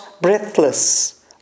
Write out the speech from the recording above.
breathless